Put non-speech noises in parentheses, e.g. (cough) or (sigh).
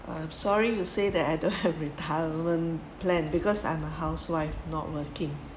um sorry to say that I don't have (laughs) retirement plan because I'm a housewife not working